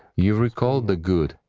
you recalled the good,